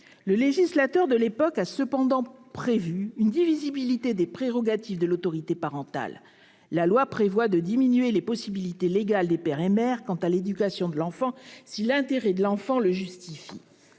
Le législateur de l'époque a cependant prévu une divisibilité des prérogatives de l'autorité parentale. La loi prévoit ainsi de diminuer les possibilités légales des père et mère quant à l'éducation de l'enfant si son intérêt le justifie.